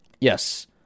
Yes